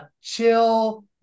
chill